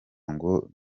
ngo